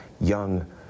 young